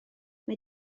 mae